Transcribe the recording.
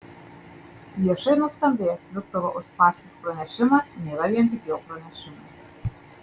viešai nuskambėjęs viktoro uspaskich pranešimas nėra vien tik jo pranešimas